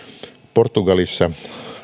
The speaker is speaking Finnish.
portugalissa